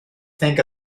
think